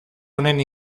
honen